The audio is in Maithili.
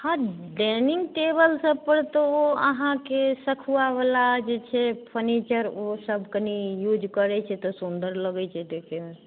हँ डाइनिङ्ग टेबल सब पर तऽ ओ अहाँकेँ सखुआ बला जे छै फनीचर ओ सब कनी यूज करैत छै तऽ सुन्दर लगैत छै देखैमे